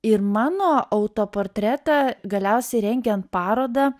ir mano autoportretą galiausiai rengiant parodą